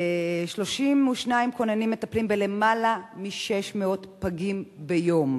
32 כוננים מטפלים בלמעלה מ-600 פגים ביום.